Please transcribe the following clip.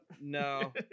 No